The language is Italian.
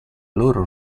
loro